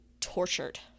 tortured